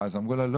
אמרו לה לא,